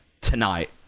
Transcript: tonight